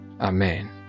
Amen